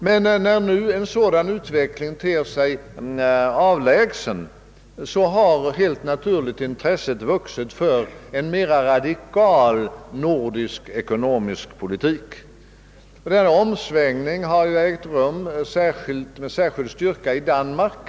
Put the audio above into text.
Men när den utvecklingen nu ter sig mera avlägsen har helt naturligt intresset för en nordisk ekonomisk politik vuxit. Denna omsvängning har ägt rum med särskild styrka i Danmark.